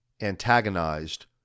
antagonized